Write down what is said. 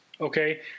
okay